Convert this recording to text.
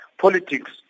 politics